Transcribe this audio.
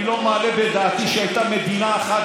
אני לא מעלה בדעתי שהייתה מדינה אחת